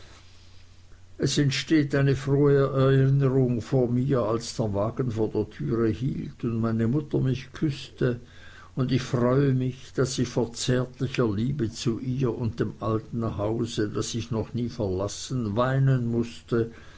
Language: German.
es steht wie eine frohe erinnerung vor mir als der wagen vor der türe hielt und meine mutter mich küßte und ich freue mich daß ich vor zärtlicher liebe zu ihr und dem alten hause das ich noch nie verlassen weinen mußte